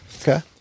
Okay